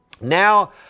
now